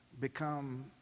become